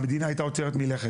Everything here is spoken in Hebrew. המדינה הייתה עוצרת מלכת.